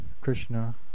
Krishna